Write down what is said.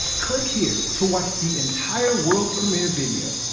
click here to watch the entire world premiere video.